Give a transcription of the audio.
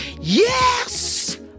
yes